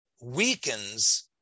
weakens